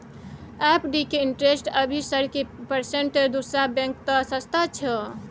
FD के interest अभी sir की परसेंट दूसरा बैंक त सस्ता छः?